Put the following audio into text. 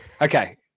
Okay